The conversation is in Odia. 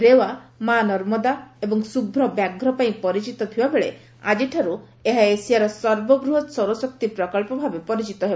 ରେୱା ମା' ନର୍ମଦା ଏବଂ ଶୁଭ୍ର ବ୍ୟାଘ୍ର ପାଇଁ ପରିଚିତ ଥିବାବେଳେ ଆଜିଠାରୁ ଏହା ଏସିଆର ସର୍ବବୂହତ ସୌରଶକ୍ତି ପ୍ରକଳ୍ପ ଭାବେ ପରିଚିତ ହେବ